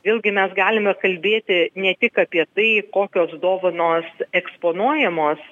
vėl gi mes galime kalbėti ne tik apie tai kokios dovanos eksponuojamos